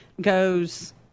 goes